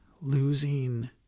losing